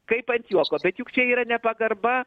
kaip ant juoko bet juk čia yra nepagarba